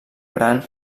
gran